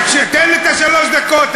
תן לי את שלוש הדקות,